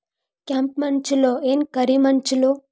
ಕೆಂಪ ಮಣ್ಣ ಛಲೋ ಏನ್ ಕರಿ ಮಣ್ಣ ಛಲೋ?